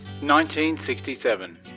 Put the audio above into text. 1967